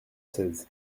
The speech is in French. seize